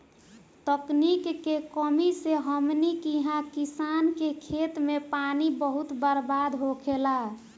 तकनीक के कमी से हमनी किहा किसान के खेत मे पानी बहुत बर्बाद होखेला